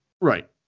right